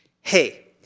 Hey